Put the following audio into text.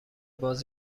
باز